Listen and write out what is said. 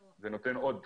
נותנים עוד דחיפה.